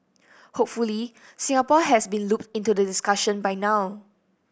hopefully Singapore has been looped into the discussion by now